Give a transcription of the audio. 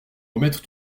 remettre